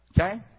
Okay